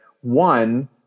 one